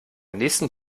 nächsten